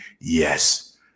Yes